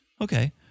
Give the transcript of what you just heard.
okay